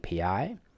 API